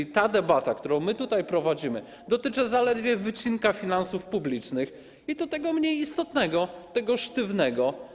A więc debata, którą my tutaj prowadzimy, dotyczy zaledwie wycinka finansów publicznych, i to tego mniej istotnego, tego sztywnego.